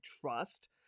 trust